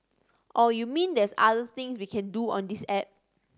oh you mean there's other things we can do on this app